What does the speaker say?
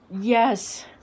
Yes